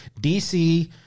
DC